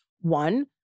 one